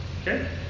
Okay